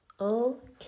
Okay